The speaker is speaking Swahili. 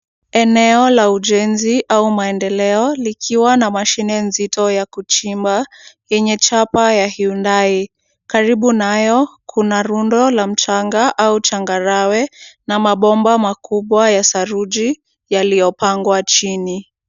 Eneo la ujenzi au maendeleo likiwa na mashine nzito ya kuchimba yenye chapa ya Hyundai. Karibu nayo kuna rundo la mchanga au changarawe na mabomba makubwa ya saruji yaliyopangwa chini.